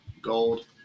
Gold